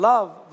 Love